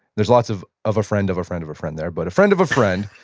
there's lot so of of a friend of a friend of a friend there but a friend of a friend,